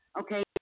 okay